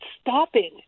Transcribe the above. stopping